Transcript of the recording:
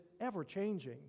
ever-changing